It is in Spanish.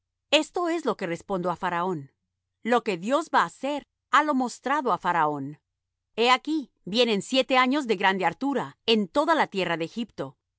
esto es lo que respondo á faraón lo que dios va á hacer halo mostrado á faraón he aquí vienen siete años de grande hartura en toda la tierra de egipto